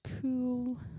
cool